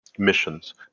missions